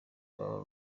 baba